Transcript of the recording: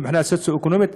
מבחינה סוציו-אקונומית,